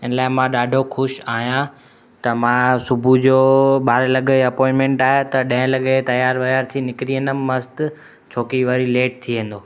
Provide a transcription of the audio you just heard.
इन लाइ मां ॾाढो ख़ुशि आहियां त मां सुबुह जो ॿारहें लॻे ई अपॉईन्टमेन्ट आहे त ॾहें लॻे तियारु वियारु थी निकिरी वेंदमि मस्तु छो की वरी लेट थी वेंदो